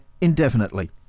indefinitely